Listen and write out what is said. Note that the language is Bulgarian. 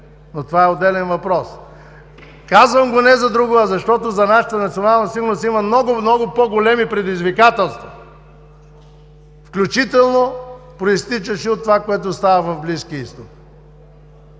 но това е отделен въпрос. Казвам го не за друго, а защото за нашата национална сигурност има много, много по-големи предизвикателства, включително произтичащи от това, което става в Близкия изток.